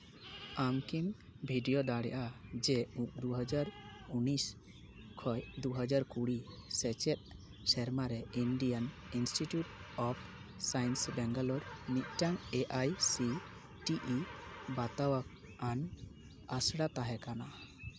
ᱟᱢ ᱠᱤᱢ ᱵᱷᱤᱰᱤᱭᱳ ᱫᱟᱲᱮᱭᱟᱜᱼᱟ ᱡᱮ ᱫᱩ ᱦᱟᱡᱟᱨ ᱩᱱᱤᱥ ᱠᱷᱚᱡ ᱫᱩ ᱦᱟᱡᱟᱨ ᱠᱩᱲᱤ ᱥᱮᱪᱮᱫ ᱥᱮᱨᱢᱟ ᱨᱮ Indian institute of science Bangalore ᱢᱤᱫᱴᱟᱝ A I C T E ᱵᱟᱛᱟᱣ ᱟᱱ ᱟᱥᱲᱟ ᱛᱟᱦᱮᱸ ᱠᱟᱱᱟ